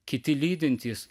kiti lydintys